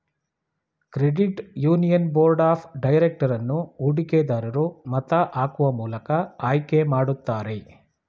credit union board of director ಅನ್ನು ಹೂಡಿಕೆ ದರೂರು ಮತ ಹಾಕುವ ಮೂಲಕ ಆಯ್ಕೆ ಮಾಡುತ್ತಾರೆ